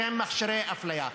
שהם מכשירי אפליה.